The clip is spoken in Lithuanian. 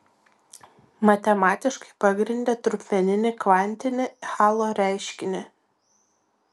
matematiškai pagrindė trupmeninį kvantinį hallo reiškinį